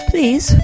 Please